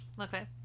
Okay